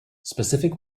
specific